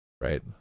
Right